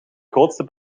grootste